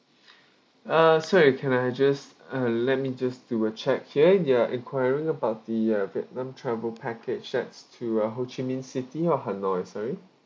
uh sorry can I just uh let me just do a check here you are enquiring about the uh vietnam travel packages to uh ho chi minh city or hanoi sorry